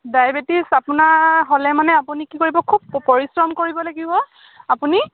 diabetes আপোনাৰ হ'লে মানে আপুনি কি কৰিব খুব পৰিশ্ৰম কৰিব লাগিব আপুনি